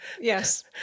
Yes